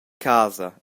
casa